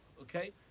okay